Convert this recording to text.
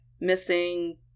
missing